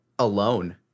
Alone